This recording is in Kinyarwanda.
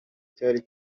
cyari